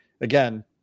again